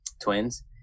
Twins